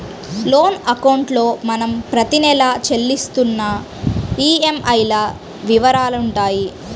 loan అకౌంట్లో మనం ప్రతి నెలా చెల్లిస్తున్న ఈఎంఐల వివరాలుంటాయి